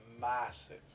massive